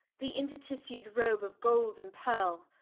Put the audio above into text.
the enter-tissued robe of gold and pearle,